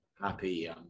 happy